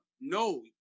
No